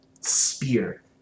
spear